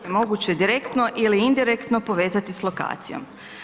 moguće direktno ili indirektno povezati s lokacijom.